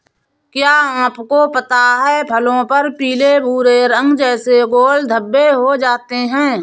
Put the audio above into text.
क्या आपको पता है फलों पर पीले भूरे रंग जैसे गोल धब्बे हो जाते हैं?